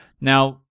now